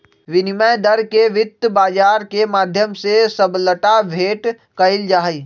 विनिमय दर के वित्त बाजार के माध्यम से सबलता भेंट कइल जाहई